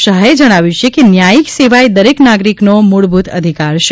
શાહે જણાવ્યું કે ન્યાયિક સેવા એ દરેક નાગરિકનો મૂળભૂત અધિકાર છે